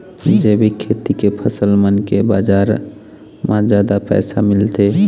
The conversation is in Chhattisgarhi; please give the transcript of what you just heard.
जैविक खेती के फसल मन के बाजार म जादा पैसा मिलथे